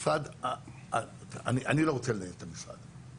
אני לא רוצה לנהל את המשרד.